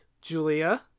Julia